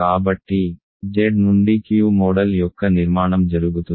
కాబట్టి Z నుండి Q model యొక్క నిర్మాణం జరుగుతుంది